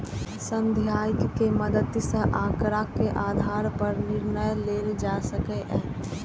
सांख्यिकी के मदति सं आंकड़ाक आधार पर निर्णय लेल जा सकैए